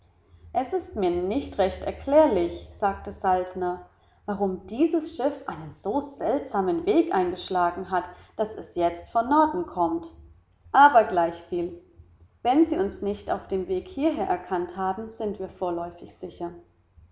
es ist mir nicht recht erklärlich sagte saltner warum dieses schiff einen so seltsamen weg eingeschlagen hat daß es jetzt von norden kommt aber gleichviel wenn sie uns nicht auf dem weg hierher erkannt haben sind wir vorläufig sicher